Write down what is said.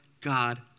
God